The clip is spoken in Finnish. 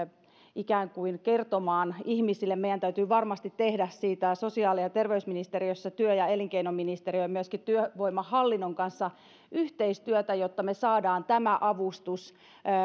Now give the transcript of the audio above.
ikään kuin kertomaan ihmisille meidän täytyy varmasti tehdä sosiaali ja terveysministeriössä työ ja elinkeinoministeriön ja myöskin työvoimahallinnon kanssa siinä yhteistyötä jotta me saamme tämän avustuksen